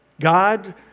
God